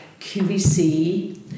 QVC